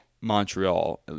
Montreal